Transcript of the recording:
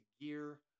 gear